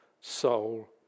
soul